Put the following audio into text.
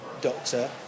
Doctor